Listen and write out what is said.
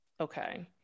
Okay